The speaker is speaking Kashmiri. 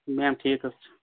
میم ٹھیٖک حظ چھِ